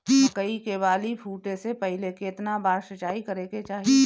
मकई के बाली फूटे से पहिले केतना बार सिंचाई करे के चाही?